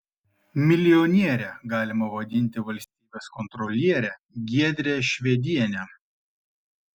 milijoniere galima vadinti valstybės kontrolierę giedrę švedienę